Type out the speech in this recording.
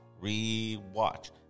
Re-watch